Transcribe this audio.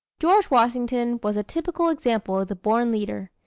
george washington was a typical example of the born leader.